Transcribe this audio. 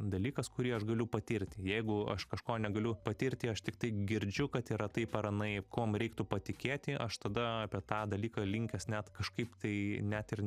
dalykas kurį aš galiu patirti jeigu aš kažko negaliu patirti aš tiktai girdžiu kad yra taip ar anaip kuom reiktų patikėti aš tada apie tą dalyką linkęs net kažkaip tai net ir